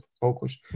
focus